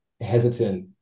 hesitant